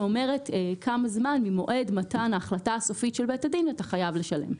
שאומרת כמה זמן ממועד מתן ההחלטה הסופית של בית הדין אתה חייב לשלם.